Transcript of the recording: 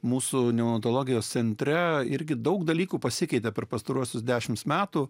mūsų neonatologijos centre irgi daug dalykų pasikeitė per pastaruosius dešimt metų